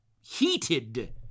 heated